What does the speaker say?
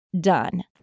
done